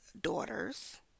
daughters